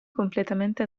completamente